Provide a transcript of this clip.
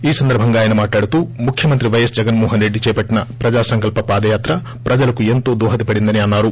ఈ సందర్పంగా ఆయన మాట్హడుతూ ముఖ్యమంత్రి పైఎస్ జగన్ మోహన్ రెడ్డి చేపట్లిన ప్రజాసంకల్స పాదయాత్ర ప్రజలకు ఎంతో దోహదపడిందని అన్నారు